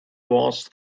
was